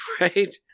right